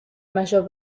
mayor